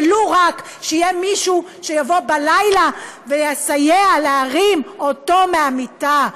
ולו רק שיהיה מישהו שיבוא בלילה ויסייע להרים אותו מהמיטה,